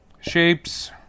shapes